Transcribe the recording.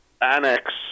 Annex